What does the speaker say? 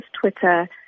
Twitter